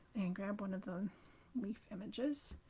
and grab one of the leaf images.